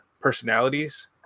personalities